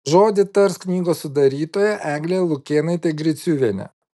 žodį tars knygos sudarytoja eglė lukėnaitė griciuvienė